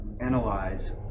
analyze